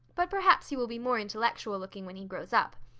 but perhaps he will be more intellectual looking when he grows up.